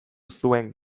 zuen